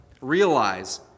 Realize